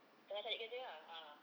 tengah cari kerja ah ah